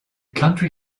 country